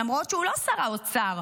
למרות שהוא לא שר האוצר,